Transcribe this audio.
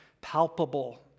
palpable